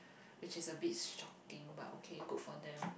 which is a bit shocking but okay good for them